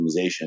optimization